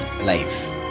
life